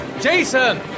Jason